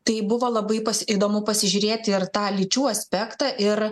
tai buvo labai įdomu pasižiūrėti ir tą lyčių aspektą ir